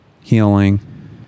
healing